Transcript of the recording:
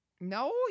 No